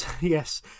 yes